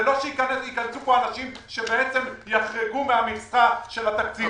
זה לא שיכנסו כאן אנשים שבעצם יחרגו מהמכסה של התקציב.